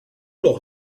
leurs